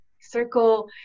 circle